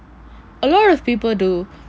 a lot of people do